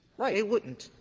they wouldn't.